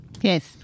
Yes